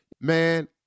Man